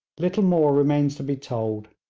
little more remains to be told.